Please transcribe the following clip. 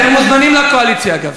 אתם מוזמנים לקואליציה, אגב.